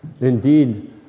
indeed